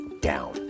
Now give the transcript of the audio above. down